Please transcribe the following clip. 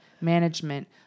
management